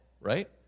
right